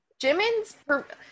Jimin's